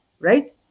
right